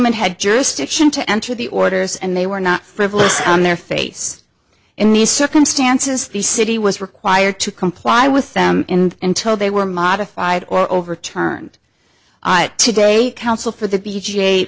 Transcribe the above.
and had jurisdiction to enter the orders and they were not frivolous on their face in these circumstances the city was required to comply with them in until they were modified or overturned today counsel for the